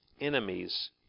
enemies